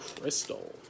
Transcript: crystal